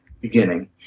beginning